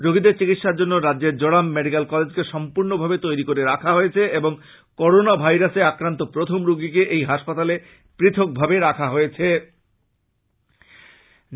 রোগীদের চিকিৎসার জন্য রাজ্যের জোরাম মেডিকেল কলেজকে সম্পূর্নভাবে তৈরী রাখা হয়েছে এবং করোনা ভাইরাসে আক্রান্ত প্রথম রোগীকে এই হাসপাতালে পৃথকভাবে রাখা হয়েছে